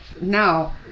now